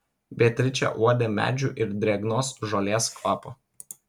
beatričė uodė medžių ir drėgnos žolės kvapą